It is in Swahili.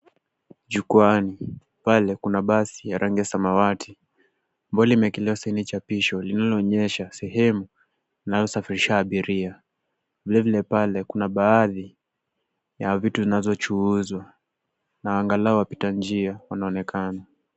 Jukwaani, pale kuna basi ya rangi ya samawati mbali limeekelewa chapisho linaloonyesha sehemu inayosafirisha abiria. Vile vile pale kuna baadhi ya vitu vinavyochuuzwa na angalau wapita njia wanaonekana.